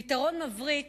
פתרון "מבריק"